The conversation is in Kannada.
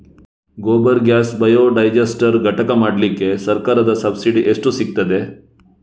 ಗೋಬರ್ ಗ್ಯಾಸ್ ಬಯೋಡೈಜಸ್ಟರ್ ಘಟಕ ಮಾಡ್ಲಿಕ್ಕೆ ಸರ್ಕಾರದ ಸಬ್ಸಿಡಿ ಎಷ್ಟು ಸಿಕ್ತಾದೆ?